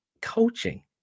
coaching